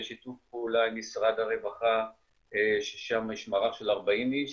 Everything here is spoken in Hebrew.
יש שיתוף פעולה עם משרד הרווחה ששם יש מערך של 40 איש